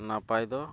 ᱱᱟᱯᱟᱭ ᱫᱚ